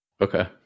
Okay